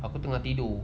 aku tengah tidur